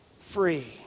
free